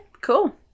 cool